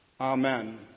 amen